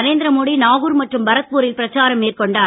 நரேந்திரமோடி நாகூர் மற்றும் பரத்பூரில் பிரச்சாரம் மேற்கொண்டார்